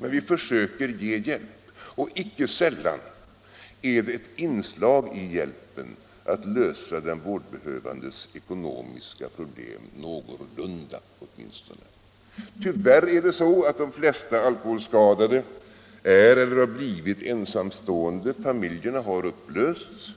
Men vi försöker alltså ge hjälp, och icke sällan är det ett inslag i hjälpen att åtminstone någorlunda lösa den vårdbehövandes ekonomiska problem. Tyvärr är de flesta alkoholskadade ensamstående eller har blivit det. Familjerna har upplösts.